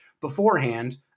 beforehand